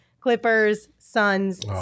Clippers-Suns